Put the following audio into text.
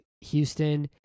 Houston